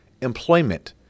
employment